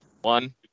One